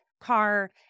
car